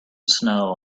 snow